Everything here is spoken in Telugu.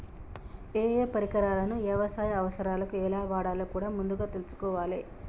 ఏయే పరికరాలను యవసాయ అవసరాలకు ఎలా వాడాలో కూడా ముందుగా తెల్సుకోవాలే